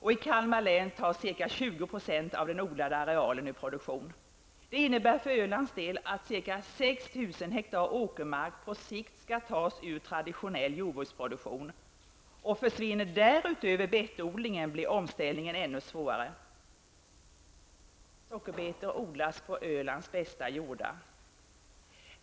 I Kalmar län tas ca 20 % av den odlade arealen ur produktion. För Ölands del innebär det att ca 6 000 hektar åkermark på sikt skall tas ur traditionell jordbruksproduktion. Försvinner därutöver betodlingen, blir omställningen ännu svårare. Sockerbetor odlas på Ölands bästa jordar.